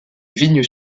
vignes